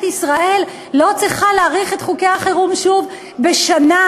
ישראל לא צריכה להאריך את חוקי החירום שוב בשנה,